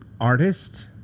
artist